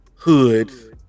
hoods